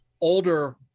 older